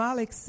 Alex